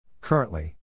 Currently